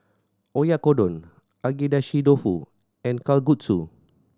Oyakodon Agedashi Dofu and Kalguksu